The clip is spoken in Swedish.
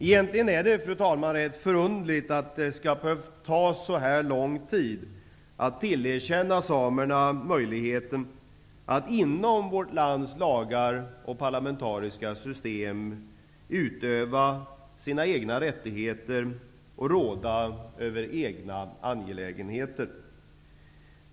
Egentligen är det, fru talman, rätt förunderligt att det skall ta så här lång tid att tillerkänna samerna möjligheten att inom vårt lands lagar och parlamentariska system utöva sina egna rättigheter och råda över egna angelägenheter.